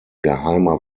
geheimer